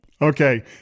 Okay